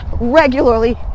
regularly